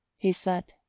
he said.